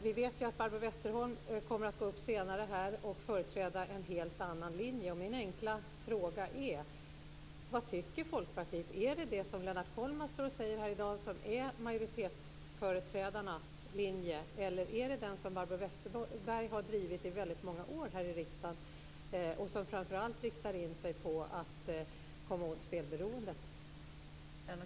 Vi vet att Barbro Westerholm senare i debatten kommer att företräda en helt annan linje. Mina enkla frågor är: Vad tycker Folkpartiet? Är det som Lennart Kollmats säger här i dag majoritetsföreträdarnas linje eller är det den linje som Barbro Westerholm har drivit i väldigt många år här i riksdagen och som framför allt riktar in sig på att man skall komma åt spelberoendet?